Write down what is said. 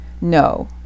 No